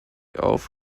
auf